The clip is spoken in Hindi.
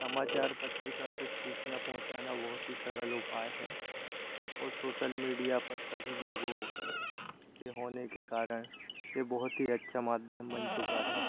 समाचार पत्रिका से सूचना पहुँचना बहुत ही सरल उपाय है और सोशल मीडिया पर सभी लोगों के होने के कारण ये बहुत ही अच्छा माध्यम बन चुका है